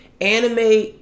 anime